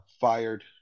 fired